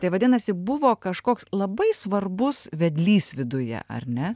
tai vadinasi buvo kažkoks labai svarbus vedlys viduje ar ne